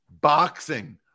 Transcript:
boxing